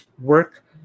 work